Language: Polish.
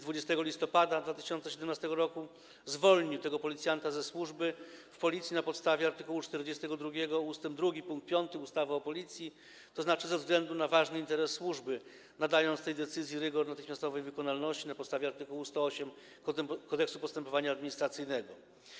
20 listopada 2017 r., zwolnił tego policjanta ze służby w Policji na podstawie art. 42 ust. 2 pkt 5 ustawy o Policji, to znaczy ze względu na ważny interes służby, nadając tej decyzji rygor natychmiastowej wykonalności na podstawie art. 108 Kodeksu postępowania administracyjnego.